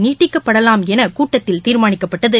நீட்டிக்கப்படலாம் என கூட்டத்தில் தீர்மானிக்கப்பட்டது